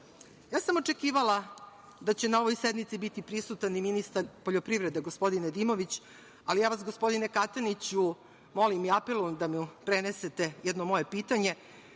sam da će na ovoj sednici biti prisutan i ministar poljoprivrede gospodin Nedimović, ali ja vas, gospodine Kataniću, molim i apelujem da mu prenesete jedno moje pitanje.